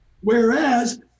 Whereas